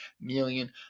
million